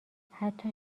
حتی